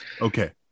Okay